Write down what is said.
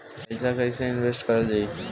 पैसा कईसे इनवेस्ट करल जाई?